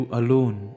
alone